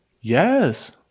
Yes